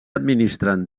administren